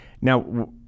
Now